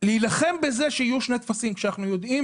להילחם בזה שיהיו שני טפסים כשאנחנו יודעים